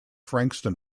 frankston